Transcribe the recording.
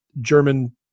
German